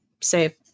say